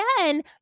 again